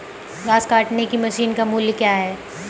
घास काटने की मशीन का मूल्य क्या है?